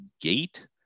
gate